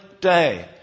day